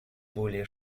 более